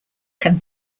can